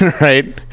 Right